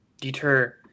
deter